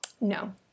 No